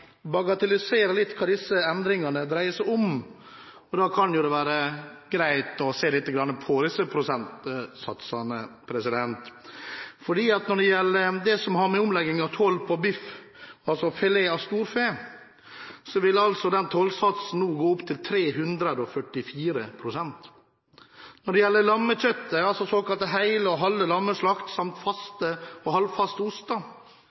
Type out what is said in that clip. bagatellisere litt hva disse endringene dreier seg om. Da kan det jo være greit å se litt på disse prosentsatsene, for når det gjelder det som har med omlegging av toll på biff å gjøre – altså filet av storfe – så vil den tollsatsen nå gå opp til 344 pst. Når det gjelder lammekjøtt – altså såkalt hele og halve lammeslakt – samt